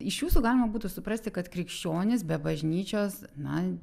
iš jūsų galima būtų suprasti kad krikščionis be bažnyčios na